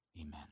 amen